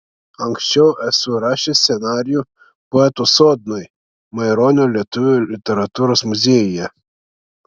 anksčiau esu rašęs scenarijų poeto sodnui maironio lietuvių literatūros muziejuje